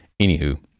Anywho